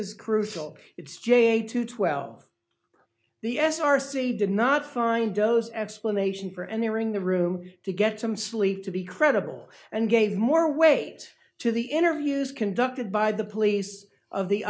is crucial it's j a two twelve the s r c did not find those explanation for and hearing the room to get some sleep to be credible and gave more weight to the interviews conducted by the police of the